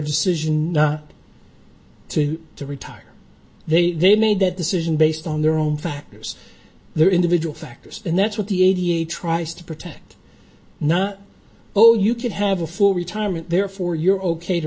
decision not two to retire they they made that decision based on their own factors their individual factors and that's what the eighty eight tries to protect not oh you could have a full retirement therefore you're ok to